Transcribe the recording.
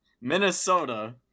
minnesota